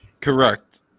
Correct